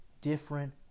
different